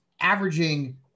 averaging